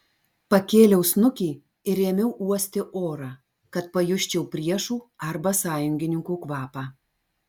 pakėliau snukį ir ėmiau uosti orą kad pajusčiau priešų arba sąjungininkų kvapą